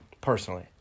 personally